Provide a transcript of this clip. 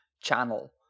channel